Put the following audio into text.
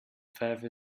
pfeife